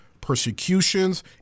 persecutions